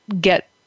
get